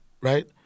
Right